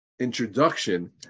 introduction